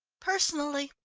personally,